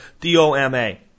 D-O-M-A